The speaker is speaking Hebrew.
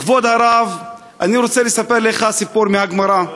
כבוד הרב, אני רוצה לספר לך סיפור מהגמרא.